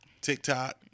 TikTok